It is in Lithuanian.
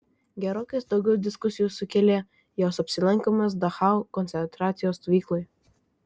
gerokai daugiau diskusijų sukėlė jos apsilankymas dachau koncentracijos stovykloje